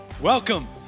Welcome